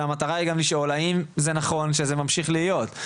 אלא המטרה היא גם לשאול האם זה נכון שזה ממשיך להיות.